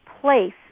place